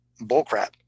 bullcrap